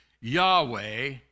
Yahweh